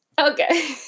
okay